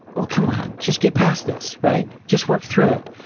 oh, come on. just get past this, right? just work through it.